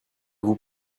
vous